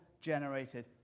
generated